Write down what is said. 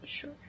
sure